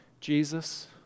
Jesus